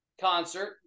concert